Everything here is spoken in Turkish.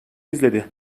izledi